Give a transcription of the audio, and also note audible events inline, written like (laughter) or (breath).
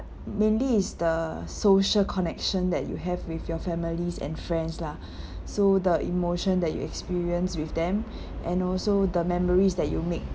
mainly is the social connection that you have with your families and friends lah (breath) so the emotion that you experience with them (breath) and also the memories that you make